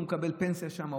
הוא מקבל פנסיה שמה,